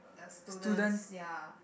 they are students ya